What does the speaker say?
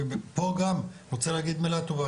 ופה גם אני רוצה להגיד מילה טובה,